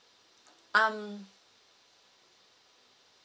um